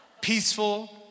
Peaceful